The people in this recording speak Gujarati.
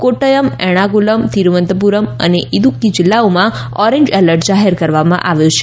કોદૃયમ એર્ણાકુલમ તિરૂવંતપુરમ અને ઇદૂક્કી જીલ્લાઓમાં ઓરેન્જ એલર્ટ જાહેર કરવામાં આવ્યો છે